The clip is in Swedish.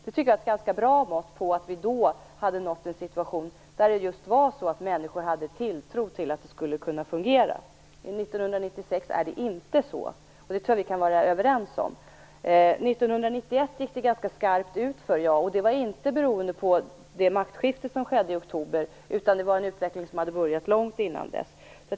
Det var ett bra mått på att vi då hade nått en situation där människor hyste tilltro till att det hela skulle kunna fungera. Så är det inte 1996, det kan vi nog vara överens om. År 1991 gick det ganska brant utför, och det berodde inte på det maktskifte som skedde i oktober, utan det var en utveckling som hade börjat långt innan dess.